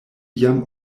jam